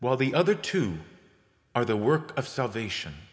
while the other two are the work of salvation